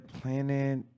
planet